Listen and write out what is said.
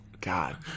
god